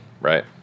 right